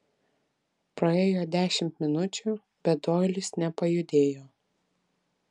praėjo dešimt minučių bet doilis nepajudėjo